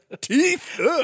teeth